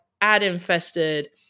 ad-infested